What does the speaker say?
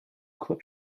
clip